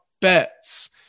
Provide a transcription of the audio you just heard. bets